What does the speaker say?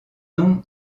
nom